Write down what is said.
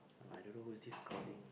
I don't know who is this calling